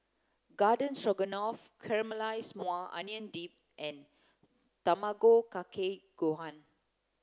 Garden Stroganoff Caramelized Maui Onion Dip and Tamago Kake Gohan